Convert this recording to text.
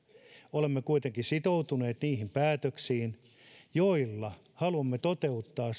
olemme kuitenkin sitoutuneet niihin päätöksiin joilla haluamme toteuttaa